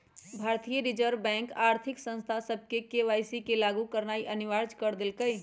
भारतीय reserve bank आर्थिक संस्था सभके के.वाई.सी लागु करनाइ अनिवार्ज क देलकइ